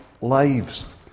lives